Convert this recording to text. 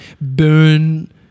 burn